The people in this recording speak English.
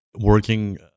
working